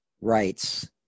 rights